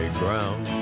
ground